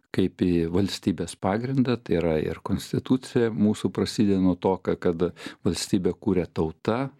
kaip į valstybės pagrindą tai yra ir konstitucija mūsų prasideda nuo to kad valstybę kuria tauta